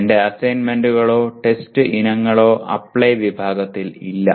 എന്റെ അസൈൻമെന്റുകളോ ടെസ്റ്റ് ഇനങ്ങളോ അപ്ലൈ വിഭാഗത്തിൽ ഇല്ല